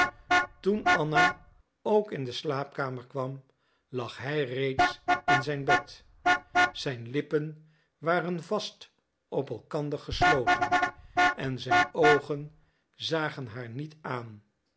toen anna ook in de slaapkamer kwam lag hij reeds in zijn bed zijn lippen waren vast op elkander gesloten en zijn oogen zagen haar niet aan